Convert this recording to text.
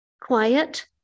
quiet